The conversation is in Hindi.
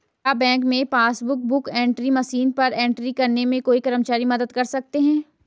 क्या बैंक में पासबुक बुक एंट्री मशीन पर एंट्री करने में कोई कर्मचारी मदद कर सकते हैं?